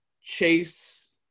chase